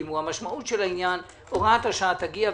המשמעות של העניין הוראת השעה תגיע,